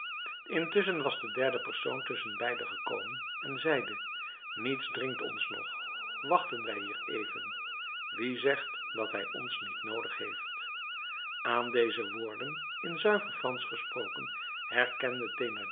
intusschen was de derde persoon tusschenbeide gekomen en zeide niets dringt ons nog wachten wij hier even wie zegt dat hij ons niet noodig heeft aan deze woorden in zuiver fransch gesproken herkende